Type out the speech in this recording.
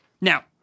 Now